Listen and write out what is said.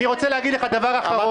אני רוצה להגיד דבר אחרון.